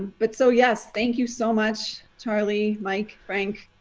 but so. yes. thank you so much, charlie. mike, frank,